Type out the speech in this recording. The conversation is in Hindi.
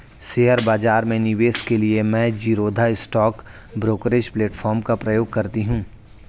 शेयर बाजार में निवेश के लिए मैं ज़ीरोधा स्टॉक ब्रोकरेज प्लेटफार्म का प्रयोग करती हूँ